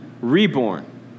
reborn